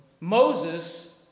Moses